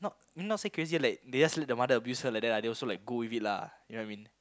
not say crazy like they just let the mother abuse her like that lah they also like go with it lah you know what I mean